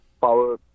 power